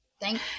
Thank